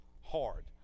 hard